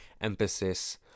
emphasis